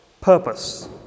purpose